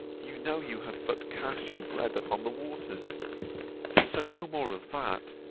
you know you have but cast your bread upon the waters so no more of that